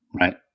Right